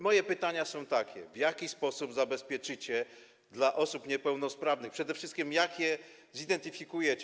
Moje pytania są takie: W jaki sposób zabezpieczycie to dla osób niepełnosprawnych, przede wszystkim jak je zidentyfikujecie?